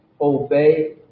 obey